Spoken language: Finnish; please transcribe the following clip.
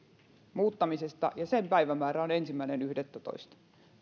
muuttamisesta ja sen päivämäärä on ensimmäinen yhdettätoista